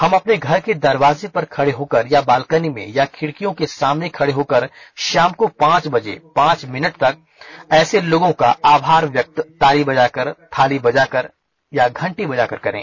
हम अपने घर के दरवाजे पर खड़े होकर या बाल्कनी में या खिड़कियों के सामने खड़े होकर शाम को पांच बजे पांच मिनट तक ऐसे लोगों का आभार व्यक्त ताली बजाकर थाली बजाकर घंटी बजाकर करे